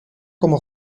como